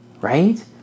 Right